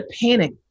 panic